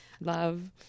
love